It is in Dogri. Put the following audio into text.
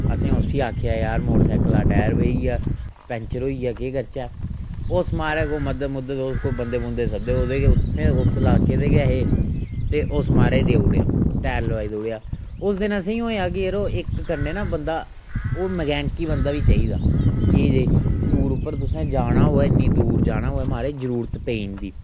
असें उसी आखेआ यार मोटरसाईकल दा टैर बेही गेआ पैंचर होई गेआ केह् करचै ओस महाराज कोई मदद मुदद कोई बंदे बुंदे सद्धे ओह्दे गै उत्थें दे गै उस लाके दे गै हे ते उस महाराज देउड़ेआ टैर लवाई देउड़ेआ उस दिन असें होएआ के यरो इक कन्नै ना बंदा ओह् मकैनकी बंदा बी चाहिदा एह् जे टूर उप्पर तुसें जाना होऐ इन्नी दूर जाना होऐ महाराज जरूरत पेई जंदी